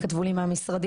כתבו לי מהמשרדים,